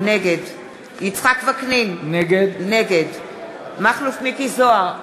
נגד יצחק וקנין, נגד מכלוף מיקי זוהר,